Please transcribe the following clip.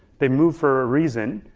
they move for a reason.